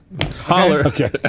Holler